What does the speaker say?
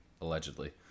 allegedly